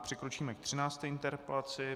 Přikročíme k 13. interpelaci.